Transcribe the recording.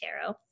tarot